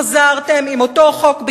חזרתם עם אותו חוק בדיוק,